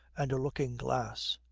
and a looking-glass.